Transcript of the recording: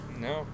no